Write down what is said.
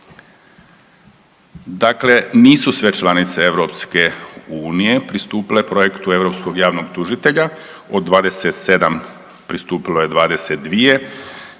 Dakle nisu sve članice EU pristupile projektu EPPO-u od 27 pristupilo je 22,